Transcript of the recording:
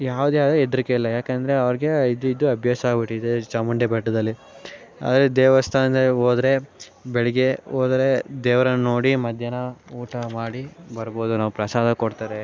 ಯಾವುದೇ ಆದ ಹೆದರಿಕೆಯಿಲ್ಲ ಯಾಕೆಂದರೆ ಅವ್ರಿಗೆ ಇದ್ದು ಇದ್ದು ಅಭ್ಯಾಸ ಆಗ್ಬಿಟ್ಟಿದೆ ಚಾಮುಂಡಿ ಬೆಟ್ಟದಲ್ಲಿ ಅದೇ ದೇವಸ್ಥಾನದಲ್ಲಿ ಹೋದ್ರೆ ಬೆಳಿಗ್ಗೆ ಹೋದ್ರೆ ದೇವ್ರನ್ನ ನೋಡಿ ಮಧ್ಯಾಹ್ನ ಊಟ ಮಾಡಿ ಬರ್ಬೋದು ನಾವು ಪ್ರಸಾದ ಕೊಡ್ತಾರೆ